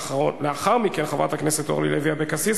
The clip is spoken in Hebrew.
ולאחר מכן - חברת הכנסת אורלי לוי אבקסיס,